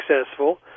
successful